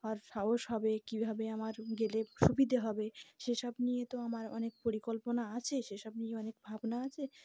আর সাহস হবে কীভাবে আমার গেলে সুবিধে হবে সেসব নিয়ে তো আমার অনেক পরিকল্পনা আছে সেসব নিয়ে অনেক ভাবনা আছে